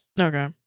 Okay